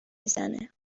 میزنه